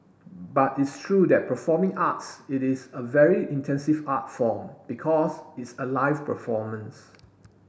but it's true that performing arts it is a very intensive art form because it's a live performance